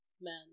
men